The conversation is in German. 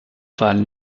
fall